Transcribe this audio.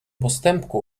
postępku